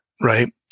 Right